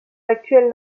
l’actuel